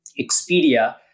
Expedia